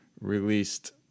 released